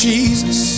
Jesus